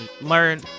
learn